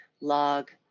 log